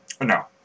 No